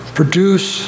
produce